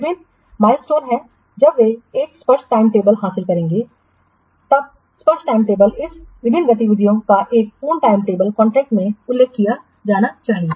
विभिन्न माइलस्टोन है जब वे एक स्पष्ट टाइम टेबल हासिल करेंगे क्या स्पष्ट टाइम टेबल इस विभिन्न गतिविधियों का एक पूर्ण टाइम टेबल कॉन्ट्रैक्ट में उल्लेख किया जाना चाहिए